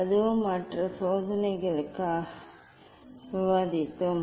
அதுவும் மற்ற சோதனைகளுக்கு விவாதித்தோம்